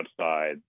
outside